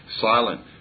silent